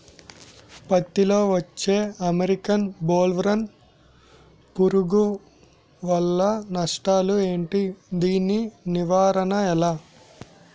పత్తి లో వచ్చే అమెరికన్ బోల్వర్మ్ పురుగు వల్ల నష్టాలు ఏంటి? దాని నివారణ ఎలా?